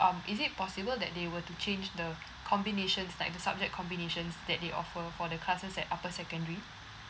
um is it possible that they were to change the combinations like the subject combinations that they offer for the classes that upper secondary